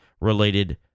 related